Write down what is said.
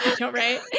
right